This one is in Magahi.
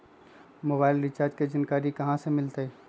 मोबाइल रिचार्ज के जानकारी कहा से मिलतै?